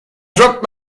dropped